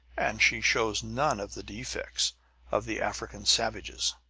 and she shows none of the defects of the african savages.